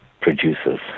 producers